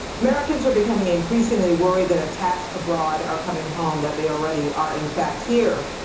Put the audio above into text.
americans are becoming increasingly worried that attacks abroad are coming home, that they already are, in fact, here.